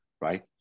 right